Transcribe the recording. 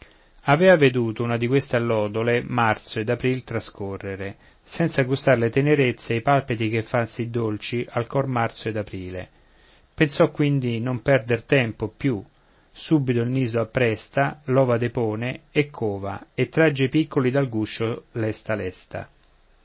avea veduto una di queste allodole marzo ed april trascorrere senza gustar le tenerezze e i palpiti che fan sì dolci al cor marzo ed aprile pensò quindi non perdere tempo più subito il nido appresta l'ova depone e cova e tragge i piccoli dal guscio lesta lesta